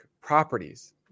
properties